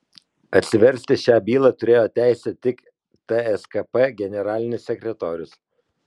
atsiversti šią bylą turėjo teisę tik tskp generalinis sekretorius